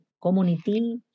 community